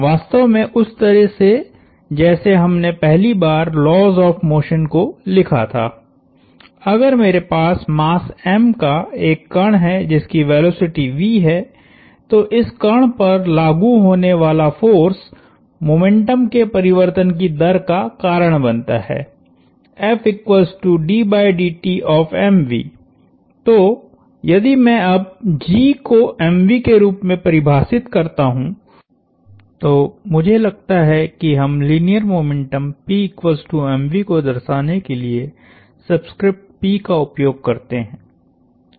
वास्तव में उस तरह से जैसे हमने पहली बार लॉज़ ऑफ़ मोशन को लिखा था अगर मेरे पास मास m का एक कण है जिसकी वेलोसिटी v है तो इस कण पर लागु होने वाला फोर्स मोमेंटम के परिवर्तन की दर का कारण बनता हैतो यदि मैं अब G को के रूप में परिभाषित करता हूं तो मुझे लगता है कि हम लीनियर मोमेंटम को दर्शाने के लिए सब्सक्रिप्ट P का उपयोग करते हैं